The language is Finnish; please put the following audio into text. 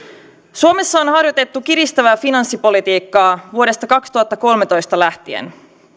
suomessa on harjoitettu kiristävää finanssipolitiikkaa vuodesta kaksituhattakolmetoista lähtien